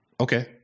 okay